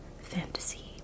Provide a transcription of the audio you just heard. fantasy